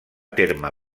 terme